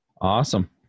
Awesome